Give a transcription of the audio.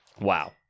Wow